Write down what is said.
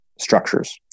structures